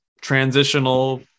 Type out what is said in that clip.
transitional